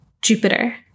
Jupiter